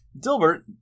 Dilbert